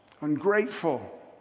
ungrateful